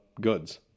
Goods